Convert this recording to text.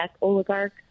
oligarch